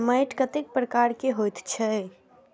मैंट कतेक प्रकार के होयत छै?